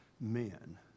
men